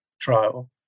trial